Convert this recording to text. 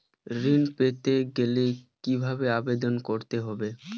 ঋণ পেতে গেলে কিভাবে আবেদন করতে হবে?